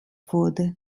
wurde